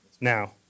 now